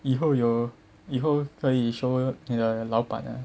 以后有以后可以 show 你的老板